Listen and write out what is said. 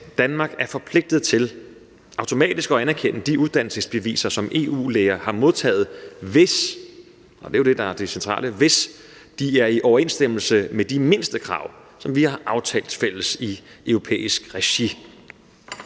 Danmark er forpligtet til automatisk at anerkende de uddannelsesbeviser, som EU-læger har modtaget, hvis – og det er jo det, der er det centrale – de er i overensstemmelse med de mindstekrav, som vi har aftalt fælles i europæisk regi.